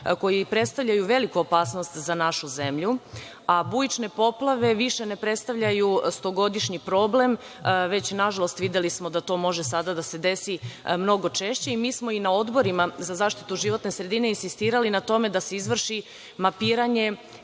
koji predstavljaju veliku opasnost za našu zemlju, a bujične poplave više ne predstavljaju stogodišnji problem već, nažalost, videli smo da to može sada da se desi mnogo češće. Mi smo i na Odborima za zaštitu životne sredine insistirali na tome da se izvrši mapiranje,